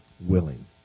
willing